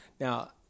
Now